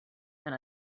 and